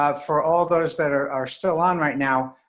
ah for all those that are are still on right now,